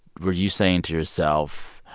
were you saying to yourself,